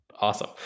Awesome